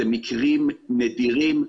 אלה מקרים נדירים.